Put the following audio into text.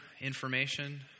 information